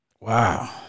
Wow